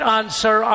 answer